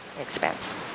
expense